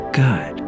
good